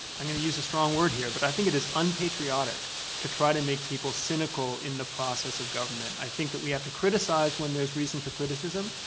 i'm going to use a strong word here, but i it is unpatriotic to try to make people cynical in the process of government. i think that we have to criticize when there's reason for criticism,